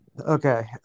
okay